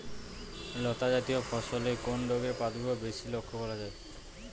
লতাজাতীয় ফসলে কোন রোগের প্রাদুর্ভাব বেশি লক্ষ্য করা যায়?